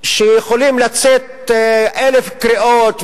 שיכולות לצאת אלף קריאות,